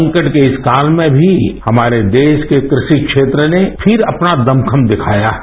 संकट के इस काल में भी हमारे देश के कृषि क्षेत्र ने फिर अपना दमखम दिखाया है